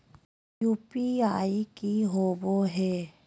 UPI की होबो है?